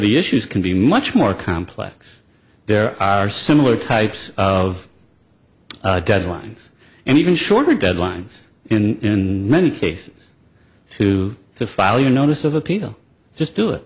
the issues can be much more complex there are similar types of deadlines and even shorter deadlines in many cases to to file you notice of appeal just do it